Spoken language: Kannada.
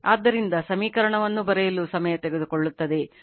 ಆದ್ದರಿಂದ ಸಮೀಕರಣವನ್ನು ಬರೆಯಲು ಸಮಯ ತೆಗೆದುಕೊಳ್ಳುತ್ತದೆ